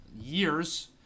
years